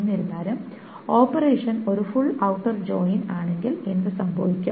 എന്നിരുന്നാലും ഓപ്പറേഷൻ ഒരു full outer join ആണെങ്കിൽ എന്ത് സംഭവിക്കും